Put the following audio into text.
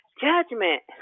judgment